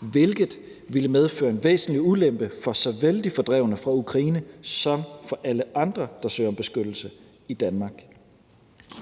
hvilket ville medføre en væsentlig ulempe for såvel de fordrevne fra Ukraine som for alle andre, der søger om beskyttelse i Danmark.